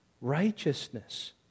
righteousness